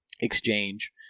exchange